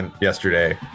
yesterday